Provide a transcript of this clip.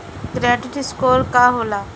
Credit score का होला?